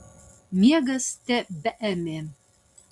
miegas tebeėmė